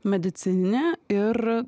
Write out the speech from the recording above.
medicininę ir